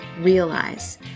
realize